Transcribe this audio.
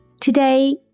Today